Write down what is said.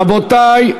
רבותי,